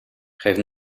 geef